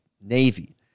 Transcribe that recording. Navy